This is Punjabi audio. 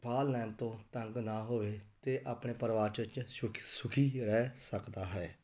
ਫਾਹਾ ਲੈਣ ਤੋਂ ਤੰਗ ਨਾ ਹੋਵੇ ਅਤੇ ਆਪਣੇ ਪਰਿਵਾਰ ਦੇ ਵਿੱਚ ਸੁ ਸੁਖੀ ਰਹਿ ਸਕਦਾ ਹੈ